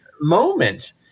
moment